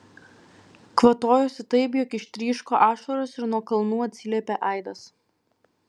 kvatojosi taip jog ištryško ašaros ir nuo kalnų atsiliepė aidas